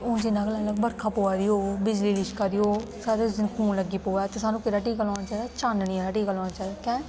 ते हून जियां गे लाई लेऔ बर्खा पवा दी होग बिजली लिशका दी होग सानू खून लग्गी पवे ते सानू केहड़ा टीका लुआना चाननी आहला टीका लुआना चाहिदा